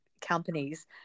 companies